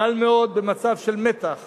קל מאוד במצב של מתח